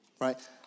Right